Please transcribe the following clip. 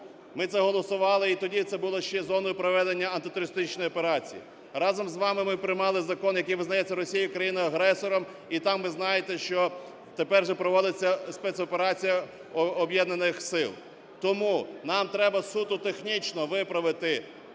Ми це голосували і тоді це було ще зоною проведення антитерористичної операції. Разом з вами ми приймали закон, яким визнається Росія країною-агресором і там ви знаєте, що тепер вже проводиться спецоперація Об'єднаних сил. Тому нам треба суто технічно виправити